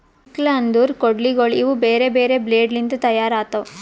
sickle ಅಂದುರ್ ಕೊಡ್ಲಿಗೋಳ್ ಇವು ಬೇರೆ ಬೇರೆ ಬ್ಲೇಡ್ ಲಿಂತ್ ತೈಯಾರ್ ಆತವ್